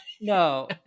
No